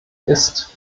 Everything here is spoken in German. ist